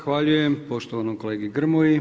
Zahvaljujem poštovanom kolegi Grmoji.